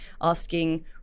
asking